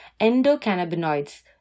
endocannabinoids